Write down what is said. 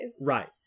Right